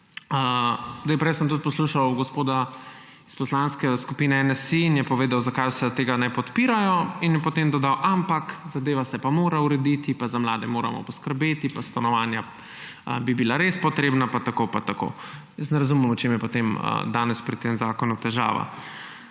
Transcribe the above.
Prej sem poslušal tudi gospoda iz Poslanske skupine NSi, povedal je, zakaj vse tega ne podpirajo, in potem je dodal, »ampak zadeva se pa mora urediti« pa »za mlade moramo poskrbeti« pa »stanovanja bi bila res potrebna« pa tako pa tako. Ne razumem, v čem je potem danes pri tem zakonu težava.